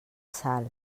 sal